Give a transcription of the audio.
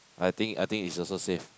I think I think is also safe